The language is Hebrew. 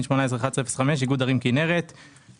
זה הולך גם למי שעשה שירות אזרחי ושירות לאומי.